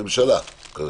הממשלה, כרגע.